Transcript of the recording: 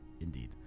Indeed